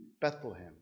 Bethlehem